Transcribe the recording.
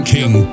King